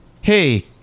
hey